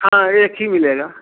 हाँ एक ही मिलेगा